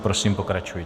Prosím, pokračujte.